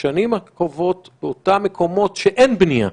לשנים הקרובות באותם מקומות שאין בנייה,